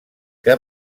que